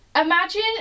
Imagine